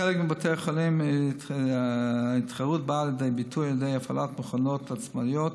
בחלק מבתי החולים התחרות באה לידי ביטוי בהפעלת מכונות עצמאיות,